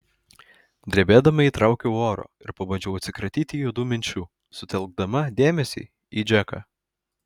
drebėdama įtraukiau oro ir pabandžiau atsikratyti juodų minčių sutelkdama dėmesį į džeką